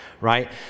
right